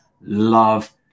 love